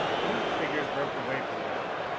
one of the figures broke away from the other,